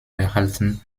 erhalten